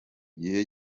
gihe